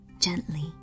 gently